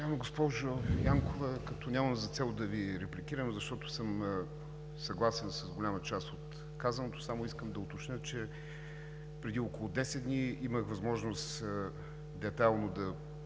Уважаема госпожо Янкова, като нямам за цел да Ви репликирам, защото съм съгласен с голяма част от казаното, само искам да уточня, че преди около десет дни имах възможност детайлно да